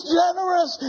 generous